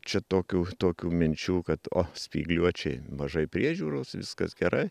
čia tokių tokių minčių kad o spygliuočiai mažai priežiūros viskas gerai